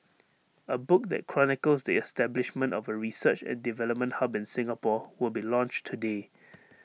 A book that chronicles the establishment of A research and development hub in Singapore will be launched today